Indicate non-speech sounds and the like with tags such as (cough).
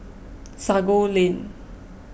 (noise) Sago Lane